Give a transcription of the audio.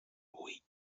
oui